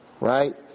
right